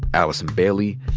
allison bailey,